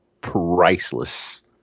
priceless